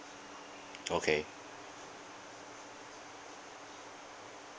okay